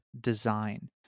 design